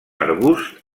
arbusts